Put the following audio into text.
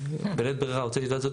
בלית ברירה הוצאתי תעודת זהות,